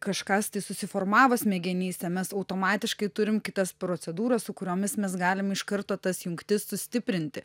kažkas tai susiformavo smegenyse mes automatiškai turim kitas procedūras su kuriomis mes galim iš karto tas jungtis sustiprinti